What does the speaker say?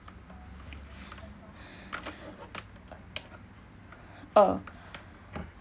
oh